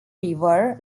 river